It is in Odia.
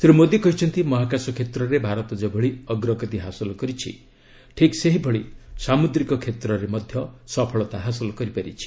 ଶ୍ରୀ ମୋଦୀ କହିଛନ୍ତି ମହାକାଶ କ୍ଷେତ୍ରରେ ଭାରତ ଯେଭଳି ଅଗ୍ରଗତି ହାସଲ କରିଛି ଠିକ୍ ସେହିଭଳି ସାମୁଦ୍ରିକ କ୍ଷେତ୍ରରେ ମଧ୍ୟ ସଫଳତା ହାସଲ କରିପାରିଛି